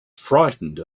frightened